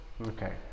Okay